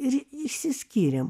ir išsiskyrėm